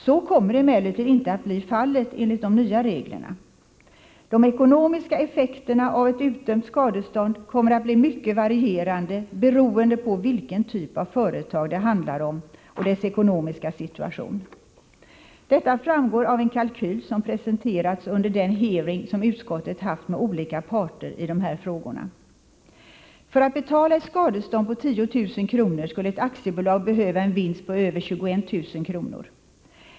Så kommer emellertid inte att bli fallet enligt de nya reglerna. De ekonomiska effekterna av ett utdömt skadestånd kommer att bli mycket varierande beroende på vilken typ av företag det handlar om och dess ekonomiska situation. Detta framgår av en kalkyl som presenterats under den hearing som utskottet har haft med olika parter i de här frågorna. För att betala ett skadestånd på 10 000 kr. skulle ett aktiebolag behöva en vinst på över 21 000 kr.